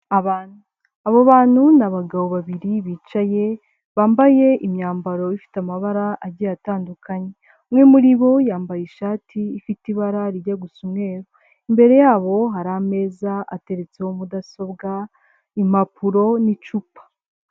Abantu. Aba bantu ni bagabo babiri bicaye, bambaye imyambaro ifite amabara agiye atandukanye. Umwe muri bo yambaye ishati ifite ibara rijya gusa umweru, imbere yabo hari ameza ateretseho mudasobwa, impapuro n'icupa.